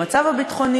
המצב הביטחוני,